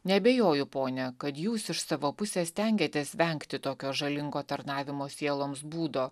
neabejoju pone kad jūs iš savo pusės stengiatės vengti tokio žalingo tarnavimo sieloms būdo